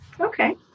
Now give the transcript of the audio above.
Okay